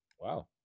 Wow